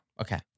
Okay